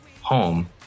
home